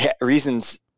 reasons